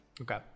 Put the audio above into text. okay